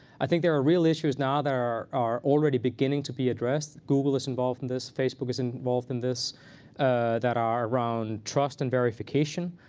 i think there are real issues now that are already beginning to be addressed google is involved in this. facebook is involved in this that are around trust and verification.